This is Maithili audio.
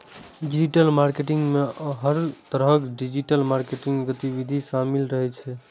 डिजिटल मार्केटिंग मे हर तरहक डिजिटल मार्केटिंग गतिविधि शामिल रहै छै